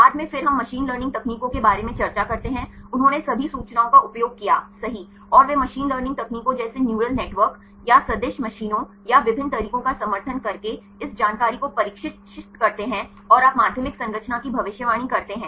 बाद में फिर हम मशीन लर्निंग तकनीकों के बारे में चर्चा करते हैं उन्होंने सभी सूचनाओं का उपयोग किया सही और वे मशीन लर्निंग तकनीकों जैसे न्यूरल नेटवर्क या सदिश मशीनों या विभिन्न तरीकों का समर्थन करके इस जानकारी को प्रशिक्षित करते हैं और आप माध्यमिक संरचना की भविष्यवाणी करते हैं